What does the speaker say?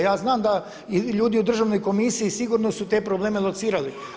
Ja znam da i ljudi u Državnoj komisiji sigurno su te probleme locirali.